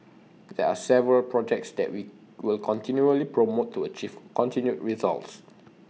there are several projects that we will continually promote to achieve continued results